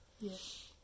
Yes